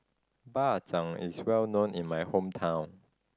Bak Chang is well known in my hometown